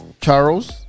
Charles